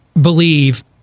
believe